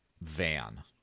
van